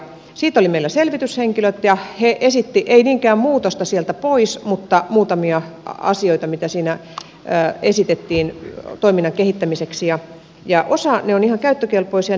siitä oli meillä selvityshenkilöt ja he esittivät ei niinkään muutosta sieltä pois mutta muutamia muita asioita siinä esitettiin toiminnan kehittämiseksi ja osa niistä esityksistä on ihan käyttökelpoisia